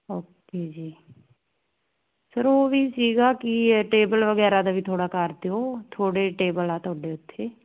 okay ji sir ਉਹ ਵੀ ਸੀਗਾ ਕੀ ਟੇਬਲ ਵਗੈਰਾ ਦਾ ਵੀ ਥੋੜਾ ਕਰ ਦਿਓ ਥੋੜੇ ਟੇਬਲ ਆ ਤੁਹਾਡੇ ਉਥੇ